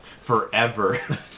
Forever